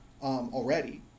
already